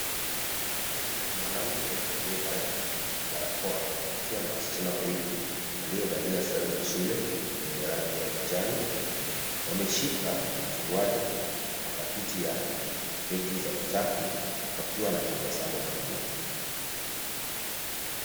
Mwanamke aliyevaa barakoa akiwa na wasichana wawili waliovalia sare za za shule zenye rangi ya kijani, wameshika suruali na pakiti ya pedi za usafi wakiwa na tabasamu kubwa.